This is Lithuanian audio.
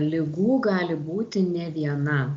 ligų gali būti ne viena